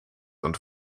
und